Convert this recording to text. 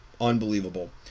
Unbelievable